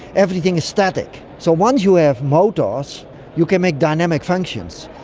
everything is static. so once you have motors you can make dynamic functions.